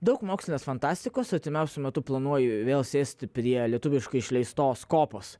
daug mokslinės fantastikos artimiausiu metu planuoju vėl sėsti prie lietuviškai išleistos kopos